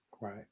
Right